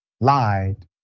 lied